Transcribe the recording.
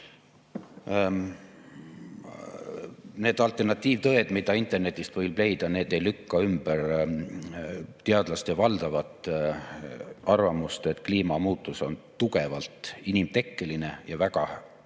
Need alternatiivtõed, mida internetist võib leida, ei lükka ümber teadlaste valdavat arvamust, et kliimamuutus on tugevalt inimtekkeline ja väga